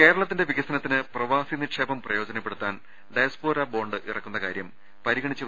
കേരളത്തിന്റെ വികസനത്തിന് പ്രവാസി നിക്ഷേപം പ്രയോജന പ്പെടുത്താൻ ഡയസ്പോര ബോണ്ട് ഇറക്കുന്ന കാര്യം പരിഗണിച്ചു